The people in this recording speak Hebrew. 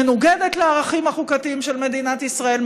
מנוגדת לערכים החוקתיים של מדינת ישראל,